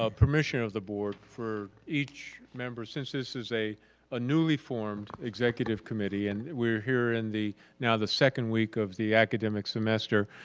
ah permission of the board for each member since this is a a newly-formed executive committee and we're here in the now the second week of the academic semester,